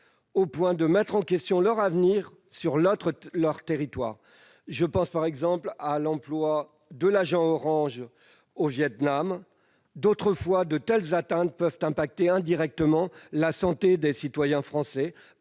au point de mettre en question leur avenir sur leur territoire- je pense, par exemple, à l'emploi de l'agent orange au Vietnam. De telles atteintes peuvent affecter indirectement la santé de citoyens français,